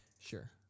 sure